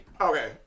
Okay